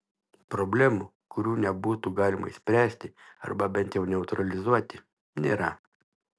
problemų kurių nebūtų galima išspręsti arba bent jau neutralizuoti nėra